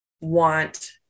want